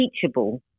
teachable